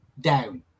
down